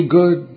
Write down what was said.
good